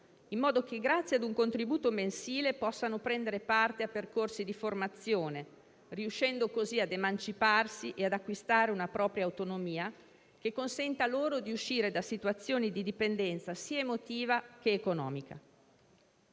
in modo che, grazie ad un contributo mensile, possano prendere parte a percorsi di formazione, riuscendo così ad emanciparsi e ad acquistare una propria autonomia che consenta loro di uscire da situazioni di dipendenza sia emotiva che economica.